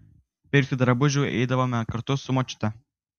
pirkti drabužių eidavome kartu su močiute